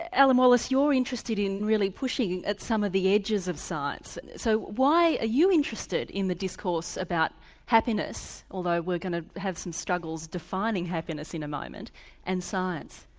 alan wallace, you're interested in really pushing at some of the edges of science, so why are you interested in the discourse about happiness although we're going to have some struggles defining happiness in a moment and science.